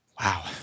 Wow